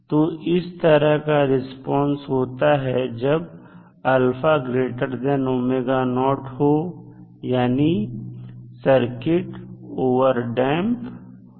तो इस तरह का रिस्पांस होता है जब हो यानी सर्किटओवरटडैंप हो